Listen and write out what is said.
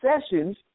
sessions